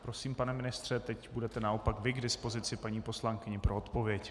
Prosím, pane ministře, teď budete naopak vy k dispozici paní poslankyni pro odpověď.